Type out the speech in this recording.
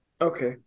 Okay